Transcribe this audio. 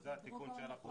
זה התיקון שאנחנו עושים.